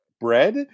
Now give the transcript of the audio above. bread